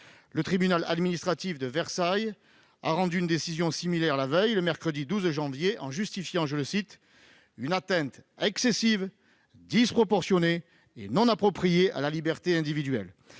Le tribunal administratif de Versailles a rendu une décision similaire la veille, mercredi 12 janvier, arguant d'« une atteinte excessive, disproportionnée et non appropriée [...] à la liberté individuelle ».